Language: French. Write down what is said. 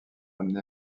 amené